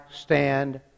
stand